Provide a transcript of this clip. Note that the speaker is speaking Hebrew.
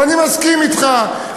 ואני מסכים אתך,